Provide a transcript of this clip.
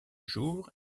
jour